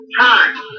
time